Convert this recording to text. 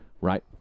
Right